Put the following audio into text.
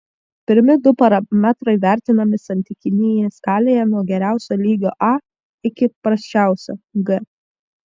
pirmi du parametrai vertinami santykinėje skalėje nuo geriausio lygio a iki prasčiausio g